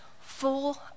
full